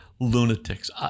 lunatics